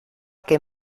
que